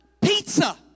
pizza